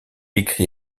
écrit